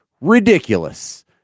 ridiculous